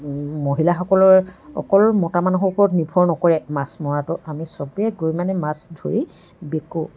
মহিলাসকল অকল মতা মানুহৰ ওপৰত নিৰ্ভৰ নকৰে মাছ মৰাটো আমি চবেই গৈ মানে মাছ ধৰি বিকোঁ